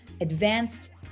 advanced